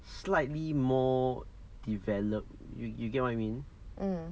mm